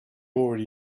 already